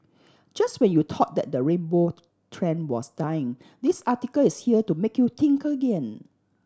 just when you thought that the rainbow trend was dying this article is here to make you think again